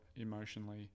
emotionally